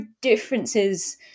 differences